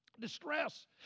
distress